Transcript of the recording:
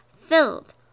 filled